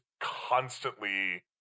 constantly